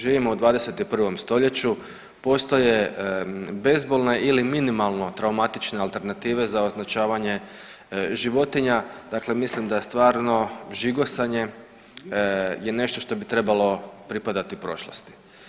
Živimo u 21. stoljeću, postoje bezbolne ili minimalno traumatične alternative za označavanje životinja, dakle mislim da je stvarno žigosanje je nešto što bi trebalo pripadati prošlosti.